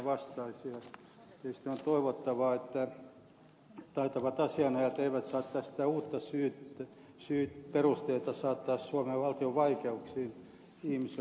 on tietysti toivottavaa että taitavat asianajajat eivät saa tästä uutta perustetta saattaa suomen valtiota vaikeuksiin ihmisoikeustuomioistuimessa